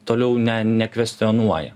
toliau ne nekvestionuoja